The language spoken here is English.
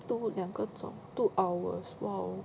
two 两个钟 two hours !wow!